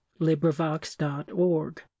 LibriVox.org